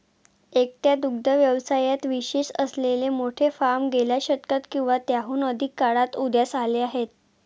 एकट्या दुग्ध व्यवसायात विशेष असलेले मोठे फार्म गेल्या शतकात किंवा त्याहून अधिक काळात उदयास आले आहेत